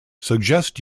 suggest